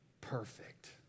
Perfect